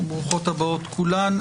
ברוכות הבאות כולן.